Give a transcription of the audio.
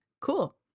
Cool